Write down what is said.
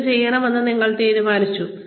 എന്ത് ചെയ്യണമെന്ന് നിങ്ങൾ തീരുമാനിച്ചു